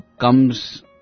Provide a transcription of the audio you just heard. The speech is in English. comes